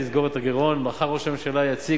נוצר גירעון מצטבר,